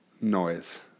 noise